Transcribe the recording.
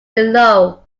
below